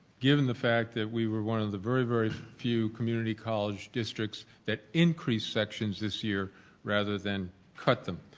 given the fact that we were one of the very, very few community college districts that increase sections this year rather than cut them.